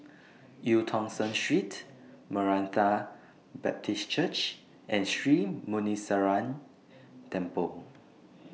EU Tong Sen Street Maranatha Baptist Church and Sri Muneeswaran Temple